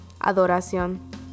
Adoración